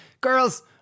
Girls